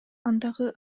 андагы